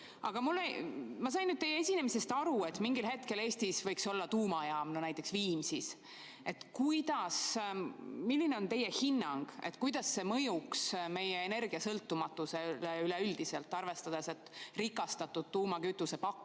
ma sain teie esinemisest aru, et mingil hetkel Eestis võiks olla ka tuumajaam, näiteks Viimsis. Milline on teie hinnang, kuidas see mõjuks meie energiasõltumatusele üleüldiselt, arvestades, et rikastatud tuumakütuse pakkujaid